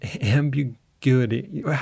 Ambiguity